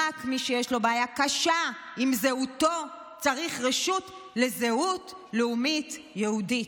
רק מי שיש לו בעיה קשה עם זהותו צריך רשות לזהות לאומית יהודית.